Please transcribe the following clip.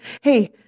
hey